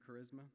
charisma